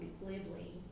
glibly